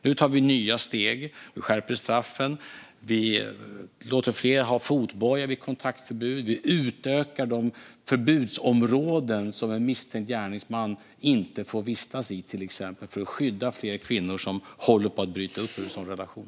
Nu tar vi nya steg och skärper straffen, låter fler ha fotboja vid kontaktförbud och utökar de förbudsområden där en misstänkt gärningsman inte får vistas för att skydda fler kvinnor som håller på att bryta upp från en sådan relation.